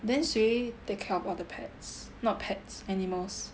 then 谁 take care of all the pets not pets animals